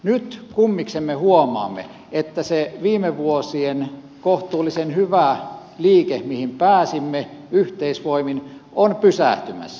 nyt kummastukseksemme huomaamme että se viime vuosien kohtuullisen hyvä liike mihin pääsimme yhteisvoimin on pysähtymässä